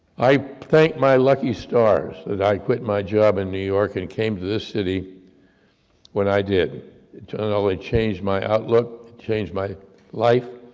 i thank my lucky stars that i quit my job in new york, and came to this city when i did. it not and only changed my outlook, changed my life,